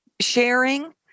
sharing